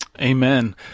Amen